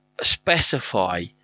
specify